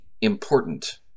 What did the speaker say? important